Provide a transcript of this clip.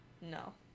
No